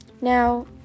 Now